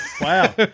Wow